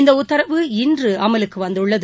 இந்தஉத்தரவு இன்றுஅமலுக்குவந்துள்ளது